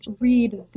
read